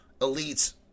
elites